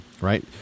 right